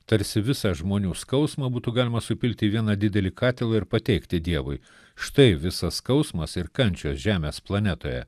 tarsi visą žmonių skausmą būtų galima supilti į vieną didelį katilą ir pateikti dievui štai visas skausmas ir kančios žemės planetoje